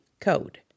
code